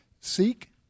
Seek